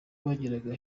bageraga